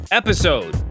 episode